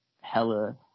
hella